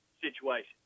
situation